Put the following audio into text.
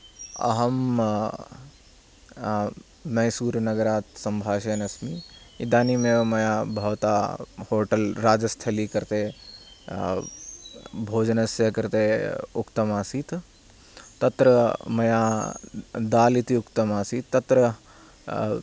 अहं मैसूरुनगरात् सम्भाषयन्नस्मि इदानीमेव मया भवता होटेल् राजस्थलि कृते भोजनस्य कृते उक्तमासीत् तत्र मया दाल् इति उक्तम् आसीत् तत्र